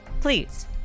please